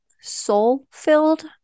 soul-filled